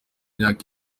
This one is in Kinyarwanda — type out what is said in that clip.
myaka